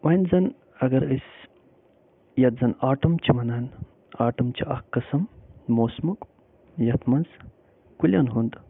وَنہِ زن اگر أسۍ یَتھ زن آٹم چھِ وَنان آٹم چھِ اکھ قٕسٕم موسمُک یَتھ منٛز کُلٮ۪ن ہُنٛد